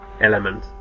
element